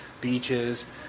beaches